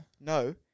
no